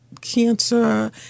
cancer